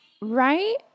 Right